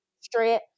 straight